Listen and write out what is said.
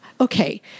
Okay